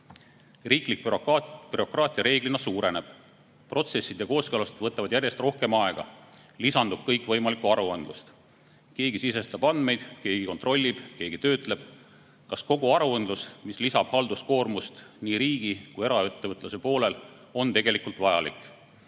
miljoni? Riiklik bürokraatia reeglina suureneb. Protsessid ja kooskõlastused võtavad järjest rohkem aega. Lisandub kõikvõimalikku aruandlust. Keegi sisestab andmeid, keegi kontrollib, keegi töötleb. Kas kogu aruandlus, mis lisab halduskoormust nii riigi kui ka eraettevõtluse poolel, on tegelikult vajalik?